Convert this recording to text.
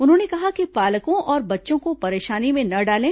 उन्होंने कहा कि पालकों और बच्चों को परेशानी में न डालें